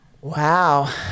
Wow